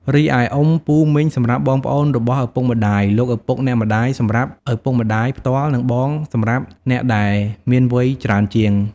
រីឯ អ៊ំ/ពូ/មីង សម្រាប់បងប្អូនរបស់ឪពុកម្តាយ លោកឪពុក/អ្នកម្ដាយ សម្រាប់ឪពុកម្តាយផ្ទាល់ និងបងសម្រាប់អ្នកដែលមានវ័យច្រើនជាង។